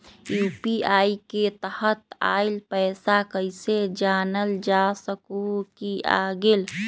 UPI के तहत आइल पैसा कईसे जानल जा सकहु की आ गेल?